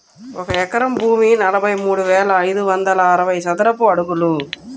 ఒక ఎకరం భూమి నలభై మూడు వేల ఐదు వందల అరవై చదరపు అడుగులు